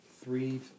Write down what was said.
three